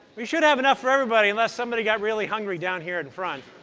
we should have enough for everybody, unless somebody got really hungry down here in front.